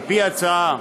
על-פי ההצעה,